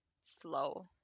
slow